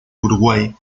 uruguay